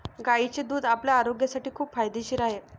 गायीचे दूध आपल्या आरोग्यासाठी खूप फायदेशीर आहे